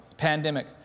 pandemic